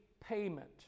payment